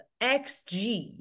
XG